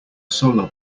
solar